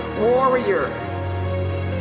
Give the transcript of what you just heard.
warrior